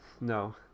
No